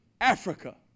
Africa